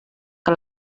que